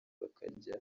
bakajya